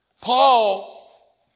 Paul